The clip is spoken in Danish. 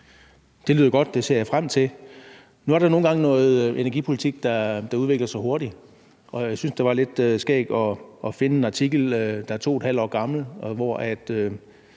Det lyder godt, det ser jeg frem til. Nu er der nogle gange noget energipolitik, der udvikler sig hurtigt, og jeg synes, det var lidt skægt at finde en artikel, der er 2½ år gammel, hvor